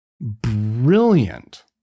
brilliant